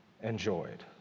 enjoyed